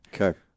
Okay